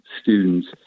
students